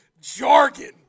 jargon